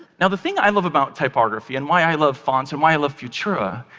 and the thing i love about typography, and why i love fonts and why i love futura,